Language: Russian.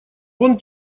вон